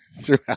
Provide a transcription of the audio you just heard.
throughout